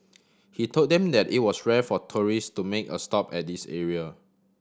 he told them that it was rare for tourist to make a stop at this area